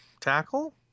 Tackle